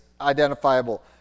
identifiable